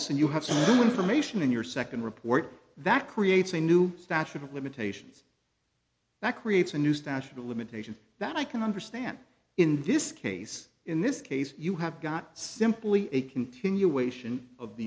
listen you have some information in your second report that creates a new statute of limitations that creates a new statute of limitation that i can understand in this case in this case you have got simply a continuation of